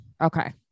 Okay